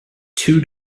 two